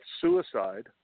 suicide